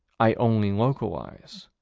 i only localize.